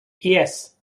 yes